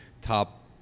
top